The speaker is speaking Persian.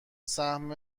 سهم